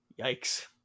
Yikes